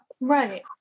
Right